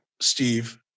Steve